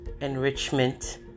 enrichment